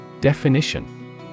Definition